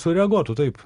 sureaguotų taip